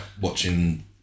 watching